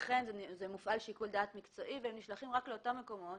לכן מופעל שיקול דעת מקצועי והם נשלחים רק למקומות